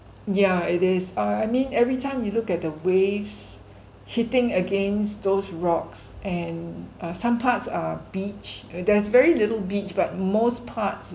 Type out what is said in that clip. yeah it is uh I mean every time you look at the waves hitting against those rocks and uh some parts are beach I mean there's very little beach but most parts